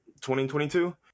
2022